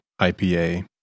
IPA